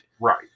Right